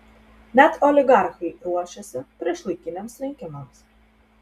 net oligarchai ruošiasi priešlaikiniams rinkimams